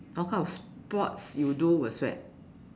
what kind of sports you do will sweat